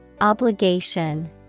Obligation